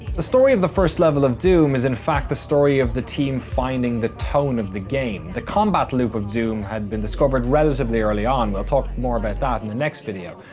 the story of the first level of doom is in fact the story of the team finding the tone of the game. the combat loop of doom had been discovered relatively early on, we'll talk more about that in the next video,